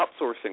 outsourcing